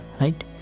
right